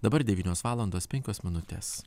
dabar devynios valandos penkios minutės